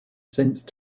since